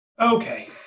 Okay